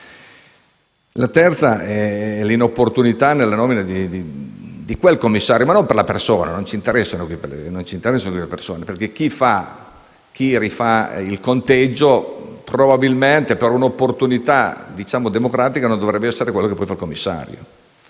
ancora l'inopportunità nella nomina di quel commissario, ma non per la persona, perché non ci interessano qui le persone. Chi rifà il conteggio probabilmente, per un'opportunità democratica, non dovrebbe essere quello che poi fa il commissario.